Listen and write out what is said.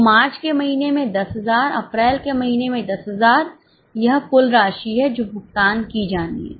तो मार्च के महीने में 10000 अप्रैल के महीने में 10000 यह कुल राशि है जो भुगतान की जानी है